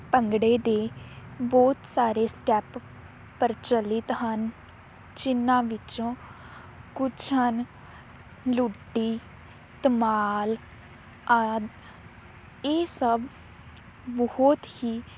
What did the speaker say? ਭੰਗੜੇ ਦੇ ਬਹੁਤ ਸਾਰੇ ਸਟੈਪ ਪ੍ਰਚਲਿਤ ਹਨ ਜਿਨ੍ਹਾਂ ਵਿੱਚੋਂ ਕੁਝ ਹਨ ਲੁੱਡੀ ਧਮਾਲ ਆਦਿ ਇਹ ਸਭ ਬਹੁਤ ਹੀ